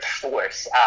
force